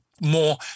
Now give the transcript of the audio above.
more